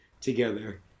together